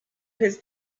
his